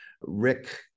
Rick